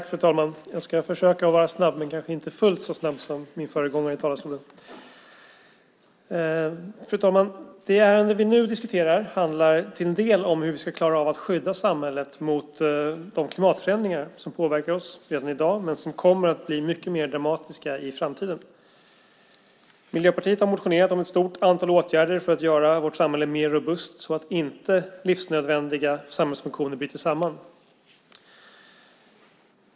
Fru talman! Jag ska försöka vara snabb men kanske inte fullt så snabb som föregående talare här i talarstolen. Fru talman! Det ärende som vi diskuterar nu handlar till en del om hur vi ska klara av att skydda samhället mot de klimatförändringar som redan i dag påverkar oss och som kommer att bli mycket mer dramatiska i framtiden. Miljöpartiet har motionerat om ett stort antal åtgärder i syfte att göra vårt samhälle mer robust så att livsnödvändiga samhällsfunktioner inte bryter samman.